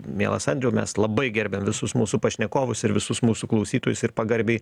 mielas andriau mes labai gerbiam visus mūsų pašnekovus ir visus mūsų klausytojus ir pagarbiai